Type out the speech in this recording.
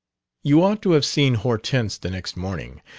you ought to have seen hortense the next morning.